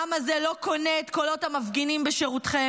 העם הזה לא קונה את קולות המפגינים בשירותכם,